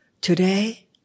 Today